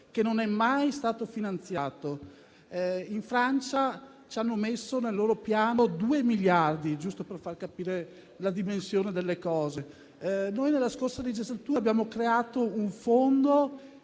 che non è mai stato finanziato. In Francia hanno previsto nel loro piano 2 miliardi, giusto per far capire la dimensione delle cose. Nella scorsa legislatura abbiamo creato un fondo